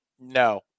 No